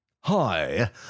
Hi